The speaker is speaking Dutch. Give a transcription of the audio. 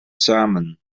samen